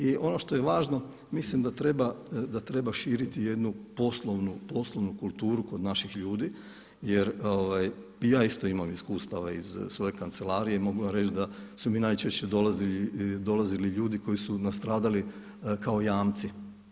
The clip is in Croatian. I ono što je važno mislim da treba širiti jednu poslovnu kulturu kod naših ljudi jer i ja isto imam iskustava iz svoje kancelarije i mogu vam reći da su mi najčešće dolazili ljudi koji su nastradali kao jamci.